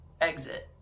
exit